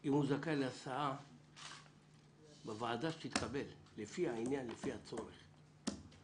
אם הוא זכאי להסעה בוועדה תתקבל לפי העניין ולפי הצורך.